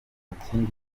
kindi